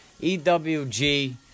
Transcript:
EWG